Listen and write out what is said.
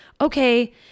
okay